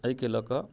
अइके लऽ कऽ